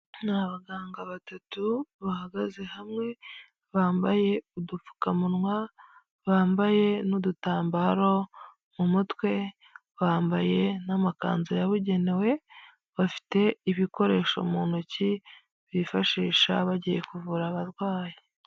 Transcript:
Ni abaganga batatu bahagaze hamwe bambaye udupfukamunwa, bambaye n'udutambaro mu mutwe bambaye n'amakanzu yabugenewe bafite ibikoresho mu ntoki bifashisha bagiye kuvura abarwayi.